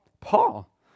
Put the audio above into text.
Paul